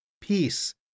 peace